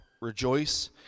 Rejoice